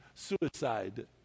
Suicide